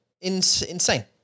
insane